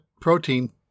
protein